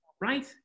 right